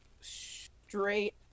straight